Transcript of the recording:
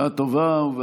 (חותם על ההצהרה) בשעה טובה ובהצלחה.